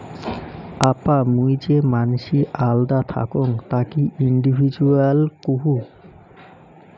আপা মুই যে মানসি আল্দা থাকং তাকি ইন্ডিভিজুয়াল কুহ